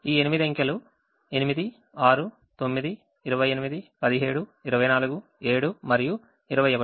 ఈ 8 అంకెలు అంకె 8 6 9 28 17 24 7 మరియు 21